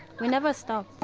we never stopped!